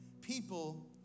people